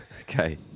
Okay